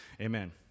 amen